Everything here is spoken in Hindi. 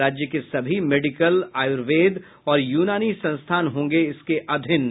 राज्य के सभी मेडिकल आयुर्वेद और यूनानी संस्थान होंगे इसके अधीन